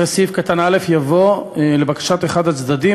(2) אחרי סעיף קטן (א) יבוא: (א1) לבקשת אחד הצדדים,